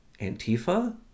Antifa